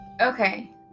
Okay